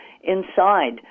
inside